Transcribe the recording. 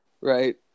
right